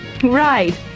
Right